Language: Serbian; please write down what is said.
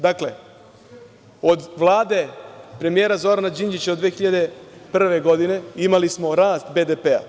Dakle, od Vlade premijera Zorana Đinđića 2001. godine imali smo rast BDP.